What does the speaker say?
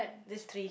these three